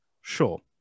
sure